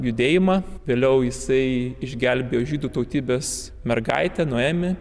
judėjimą vėliau jisai išgelbėjo žydų tautybės mergaitę noemi